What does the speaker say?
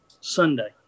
Sunday